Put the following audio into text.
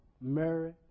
Mary